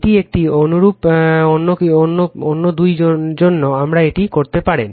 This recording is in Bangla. এটি একটি অনুরূপ অন্য দুই জন্য আমরা এটি করতে পারেন